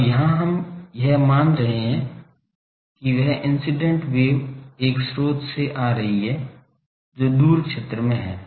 अब यहां हम यह मान रहे हैं कि यह इंसीडेंट वेव एक स्रोत से आ रही है जो दूर क्षेत्र में है